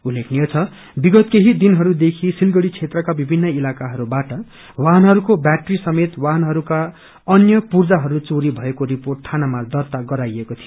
उलेखनीय छ विगत केही दिनहरूदेखि सिलगड़ी क्षेत्रका विभिन्न इलकाहरूबाट वाहनहरूको वैटरी समेत वाहनहरूमा अन्य पुर्जाहरू चोरी भएको रिपोेट थानामा दार्ता गराइएको थियो